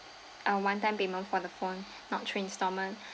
uh one time payment for the phone not through installment